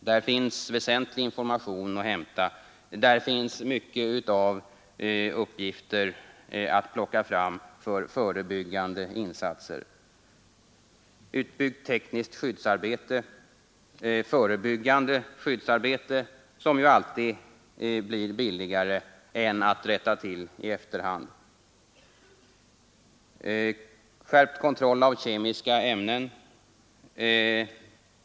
Där finns väsentlig information att hämta, och där finns mycket av uppgifter att plocka fram för de förebyggande insatserna. Utbyggt tekniskt skyddsarbete, förebyggande skyddsarbeten — som ju alltid blir billigare än att rätta till i efterhand. Skärpt kontroll av kemiska ämnen.